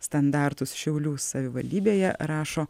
standartus šiaulių savivaldybėje rašo